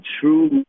true